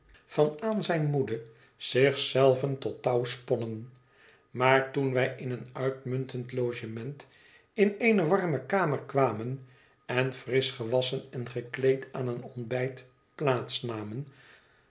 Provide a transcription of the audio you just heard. van aanzijn moede zich zelven tot touw sponnen maar toen wij in een uitmuntend logement in eene warme kamer kwamen en frisch gewasschen en gekleed aan een ontbijt